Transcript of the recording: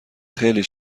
خیلی